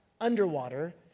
underwater